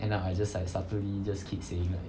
end up I just like subtly just keep saying